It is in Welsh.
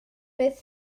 beth